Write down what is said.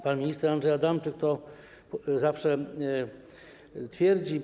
Pan minister Andrzej Adamczyk zawsze to twierdzi.